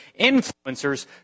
influencers